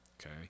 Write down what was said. okay